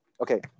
Okay